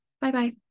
Bye-bye